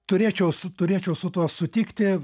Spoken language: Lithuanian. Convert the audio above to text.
turėčiau su turėčiau su tuo sutikti